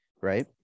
right